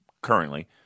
currently